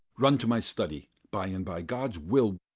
run to my study by-and-by god's will!